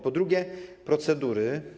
Po drugie, procedury.